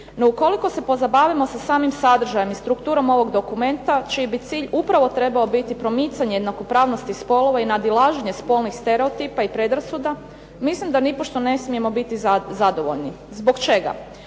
No ukoliko se pozabavimo sa samim sadržajem i strukturom ovog dokumenta čiji bi cilj upravo trebao biti promicanje jednakopravnosti spolova i nadilaženje spolnih stereotipa i predrasuda, mislim da nipošto ne smijemo biti zadovoljni. Zbog čega?